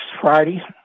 Friday